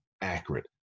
accurate